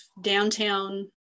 downtown